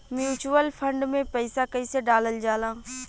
Mutual fund मे पईसा कइसे डालल जाला?